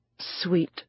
Sweet